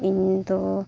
ᱤᱧᱫᱚ